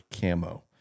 Camo